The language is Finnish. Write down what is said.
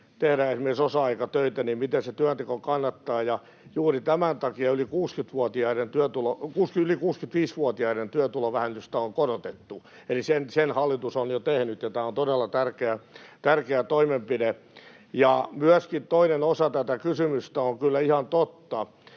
tehdä esimerkiksi osa-aikatöitä — työnteko kannattaa, ja juuri tämän takia yli 65-vuotiaiden työtulovähennystä on korotettu. Eli sen hallitus on jo tehnyt, ja tämä on todella tärkeä toimenpide. Myöskin toinen osa tätä kysymystä on kyllä ihan totta.